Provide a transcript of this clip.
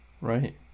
right